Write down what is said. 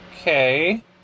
Okay